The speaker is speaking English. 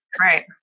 Right